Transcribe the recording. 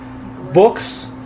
Books